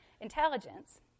intelligence